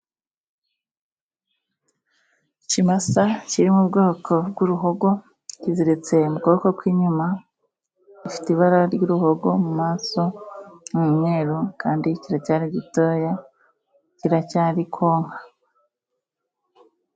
Ikimasa kiri mu bwoko bw'uruhogo kiziritse mu kuboko kw'inyuma ifite ibara ry'uruhogo mu maso, ni umweruru kandi kiracyari gitoya kiracyari konka.